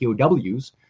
POWs